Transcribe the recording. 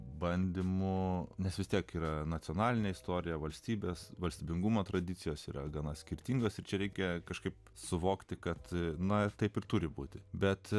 bandymo nes vis tiek yra nacionalinė istorija valstybės valstybingumo tradicijos yra gana skirtingos ir čia reikia kažkaip suvokti kad na taip ir turi būti bet